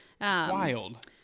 wild